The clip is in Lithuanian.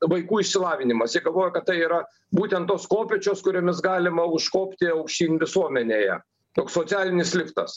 vaikų išsilavinimas jie galvoja kad tai yra būtent tos kopėčios kuriomis galima užkopti aukštyn visuomenėje toks socialinis liftas